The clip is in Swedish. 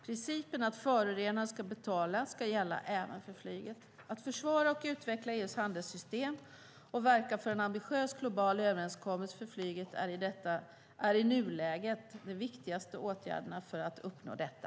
Principen att förorenaren ska betala ska gälla även för flyget. Att försvara och utveckla EU:s handelssystem och verka för en ambitiös global överenskommelse för flyget är i nuläget de viktigaste åtgärderna för att uppnå detta.